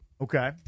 Okay